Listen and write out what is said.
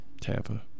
Tampa